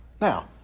Now